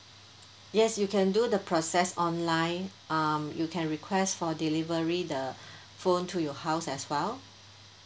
yes you can do the process online um you can request for delivery the phone to your house as well